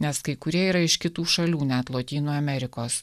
nes kai kurie yra iš kitų šalių net lotynų amerikos